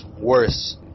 worse